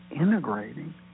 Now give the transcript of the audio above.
integrating